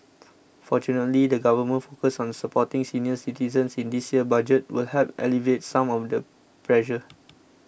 fortunately the government's focus on supporting senior citizens in this year's Budget will help alleviate some of the pressure